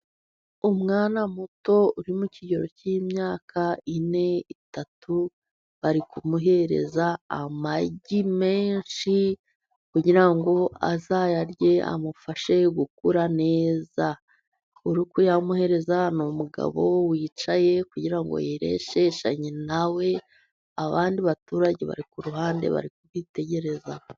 Umwana muto uri mu kigero cy'imyaka ine /itatu , bari kumuhereza amagi menshi kugira ngo azayarye amufashe gukura neza . Uri kuyamuhereza ni umugabo wicaye kugira ngo yireshyeshyanye na we. Abandi baturage bari ku ruhande bari kubitegereza.